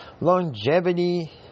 longevity